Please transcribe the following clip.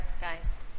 guys